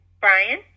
Brian